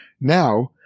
Now